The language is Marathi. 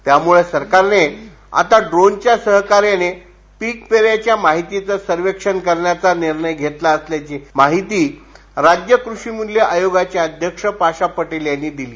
त्यामुळं सरकारनं आता ड्रोनच्या सहकारर्यानं पीक पेरायच्या माहितीचं सर्वेक्षण करण्याचा निर्णय घेतला असल्याची माहिती राज्य कृषीमूल्य आयोगाचे अध्यक्ष पाशा पटेल यांनी दिली